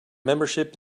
membership